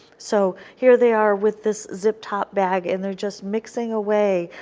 so here they are with this zip top bag, and they are just mixing away,